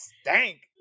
stank